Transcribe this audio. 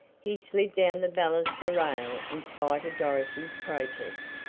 he slid down the baluster rail in spite of dorothy's protest,